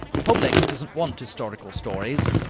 the public does not want historical stories,